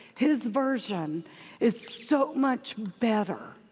his version is so much better